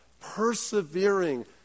persevering